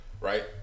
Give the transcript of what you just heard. right